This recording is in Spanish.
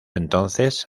entonces